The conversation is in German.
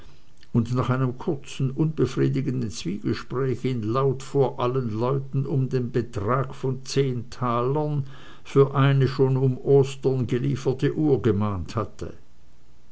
und nach einem kurzen unbefriedigenden zwiegespräch ihn laut vor allen leuten um den betrag von zehn talern für eine schon um ostern gelieferte uhr gemahnt hatte